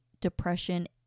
depression